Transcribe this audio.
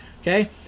okay